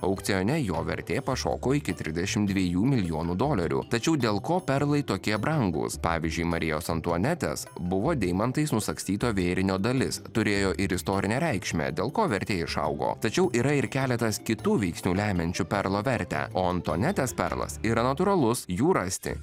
aukcione jo vertė pašoko iki trisdešim dviejų milijonų dolerių tačiau dėl ko perlai tokie brangūs pavyzdžiui marijos antuanetės buvo deimantais nusagstyto vėrinio dalis turėjo ir istorinę reikšmę dėl ko vertė išaugo tačiau yra ir keletas kitų veiksnių lemiančių perlo vertę o antuanetės perlas yra natūralus jų rasti